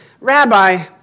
Rabbi